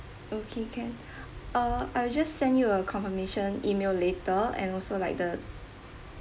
okay can uh I'll just send you a confirmation email later and also like the